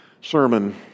sermon